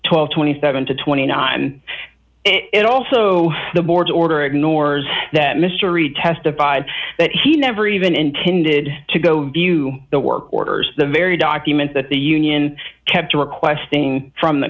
and twenty seven to twenty nine it also the board's order ignores that mystery testified that he never even intended to go view the work orders the very document that the union kept requesting from the